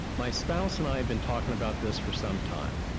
my spouse and i have been talking about this for some time.